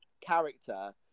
character